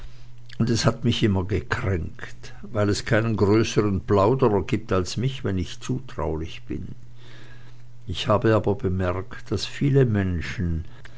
und es hat mich immer gekränkt weil es keinen größern plauderer gibt als mich wenn ich zutraulich bin ich habe aber bemerkt daß viele menschen